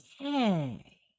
Okay